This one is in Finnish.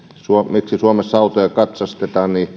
miksi suomessa autoja katsastetaan